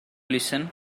listen